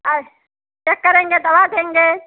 अच् चेक करेंगे दवा देंगे